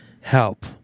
help